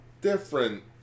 different